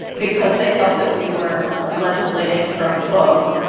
because they felt that we were legislating from the book.